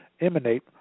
emanate